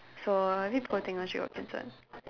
so a bit poor thing ah she got cancelled